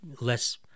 less